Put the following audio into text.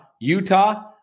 Utah